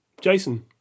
Jason